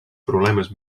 problemes